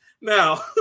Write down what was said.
Now